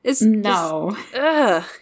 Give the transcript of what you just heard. No